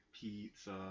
pizza